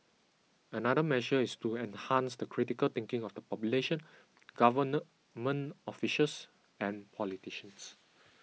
another measure is to enhance the critical thinking of the population government officials and politicians